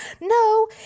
No